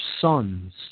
sons